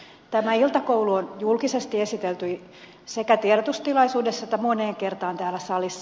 tämä iltakoulu on julkisesti esitelty sekä tiedotustilaisuudessa että moneen kertaan täällä salissa